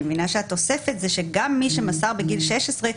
אני מבינה שהתוספת זה שגם מי שמסר בגיל 16,